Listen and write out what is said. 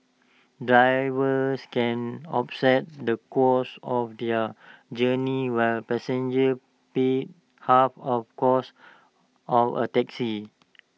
drivers can offset the costs of their journey while passengers pay half of cost of A taxi